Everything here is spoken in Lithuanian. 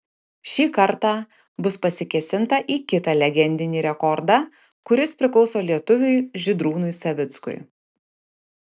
šį kartą bus pasikėsinta į kitą legendinį rekordą kuris priklauso lietuviui žydrūnui savickui